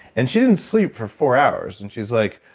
and she didn't sleep for four hours. and she's like,